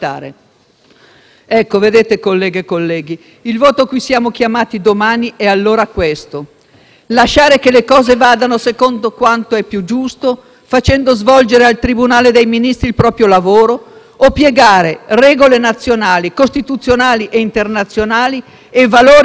lasciare che le cose vadano secondo quanto è più giusto, facendo svolgere al tribunale dei Ministri il proprio lavoro, o piegare regole nazionali, costituzionali e internazionali e valori condivisi al puro interesse alla sopravvivenza di questo Governo e di questa maggioranza.